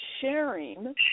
sharing